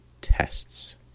tests